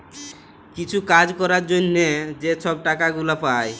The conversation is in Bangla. কিছু কাজ ক্যরার জ্যনহে যে ছব টাকা গুলা পায়